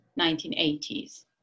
1980s